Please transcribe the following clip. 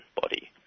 body